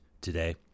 today